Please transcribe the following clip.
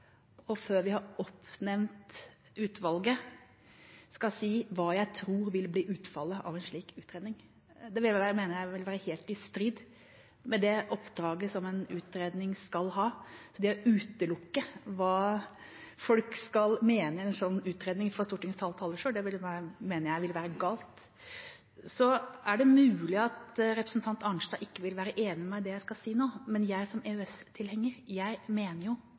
og før vi har oppnevnt utvalget – skal si hva jeg tror vil bli utfallet av en slik utredning. Det mener jeg ville være helt i strid med det oppdraget som en utredning skal ha. Å utelukke hva folk skal mene i en sånn utredning, fra Stortingets talerstol, mener jeg ville være galt. Det er mulig at representanten Arnstad ikke vil være enig med meg i det jeg skal si nå, men som EØS-tilhenger mener jeg at sånne som